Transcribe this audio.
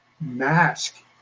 mask